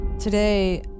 Today